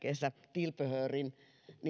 tilpehööri